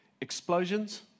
explosions